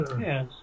Yes